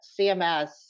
CMS